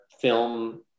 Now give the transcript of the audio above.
film